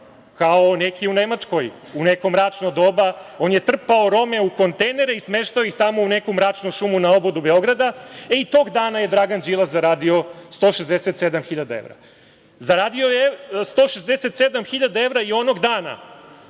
kao neki u Nemačkoj u neko mračno doba, on je trpao Rome u kontejnere i smeštao ih tamo u neku mračnu šumu na obodu Beograda, i tog dana je Dragan Đilas zaradio 167 hiljada evra. Zaradio je 167 hiljada evra i onog dana